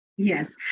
Yes